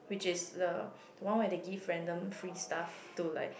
which is the one where give random free stuff to like